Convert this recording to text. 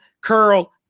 Curl